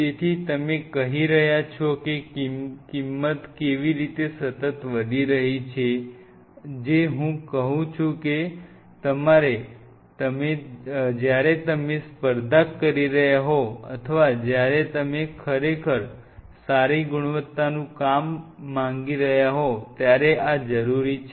તેથી તમે કહી રહ્યા છો કે કિંમત કેવી રીતે સતત વધી રહી છે અને જે હું કહું છું કે જ્યારે તમે સ્પર્ધા કરી રહ્યા હોવ અથવા જ્યારે તમે ખરેખર સારી ગુણવત્તાનું કામ માંગી રહ્યા હોવ ત્યારે આ જરૂરી છે